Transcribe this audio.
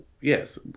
yes